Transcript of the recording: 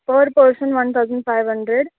per person one thousand five hundred